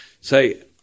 say